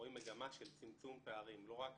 רואים מגמה של צמצום פערים, לא רק